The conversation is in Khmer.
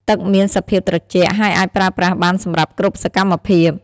ទឹកមានសភាពត្រជាក់ ហើយអាចប្រើប្រាស់បានសម្រាប់គ្រប់សកម្មភាព។